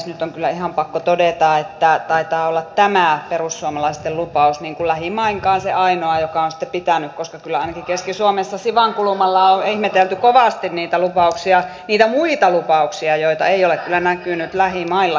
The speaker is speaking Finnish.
nyt on kyllä ihan pakko todeta että taitaa olla tämä perussuomalaisten lupaus lähimainkaan se ainoa joka on sitten pitänyt koska kyllä ainakin keski suomessa siwan kulmalla on ihmetelty kovasti niitä muita lupauksia joita ei ole kyllä näkynyt lähimaillakaan